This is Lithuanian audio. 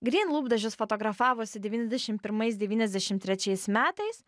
gryn lūpdažis fotografavosi devyniasdešim pirmais devyniasdešim trečiais metais